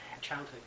Childhood